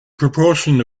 proportion